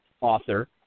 author